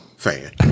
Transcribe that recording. fan